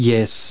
Yes